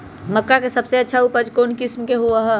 मक्का के सबसे अच्छा उपज कौन किस्म के होअ ह?